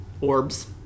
orbs